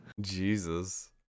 Jesus